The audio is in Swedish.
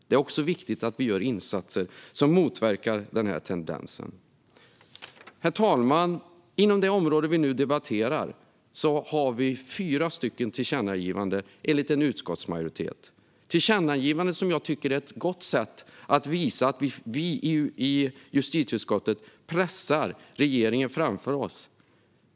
Därför är det viktigt att vi gör insatser som motverkar denna tendens. Herr talman! Inom området vi nu debatterar har utskottsmajoriteten fyra tillkännagivanden. Tillkännagivanden är ett bra sätt för justitieutskottet att driva på regeringen.